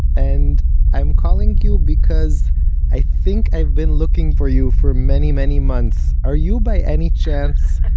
and i'm calling you because i think i've been looking for you for many many months. are you by any chance,